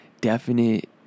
definite